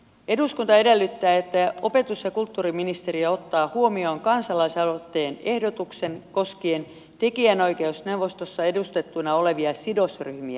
eduskunta edellyttää että opetus ja kulttuuriministeriö ottaa huomioon kansalaisaloitteen ehdotuksen koskien tekijänoikeusneuvostossa edustettuina olevia sidosryhmiä